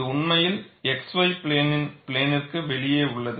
இது உண்மையில் xy பிளேனின் பிளேனிற்கு வெளியே உள்ளது